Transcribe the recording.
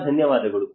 ತುಂಬಾ ಧನ್ಯವಾದಗಳು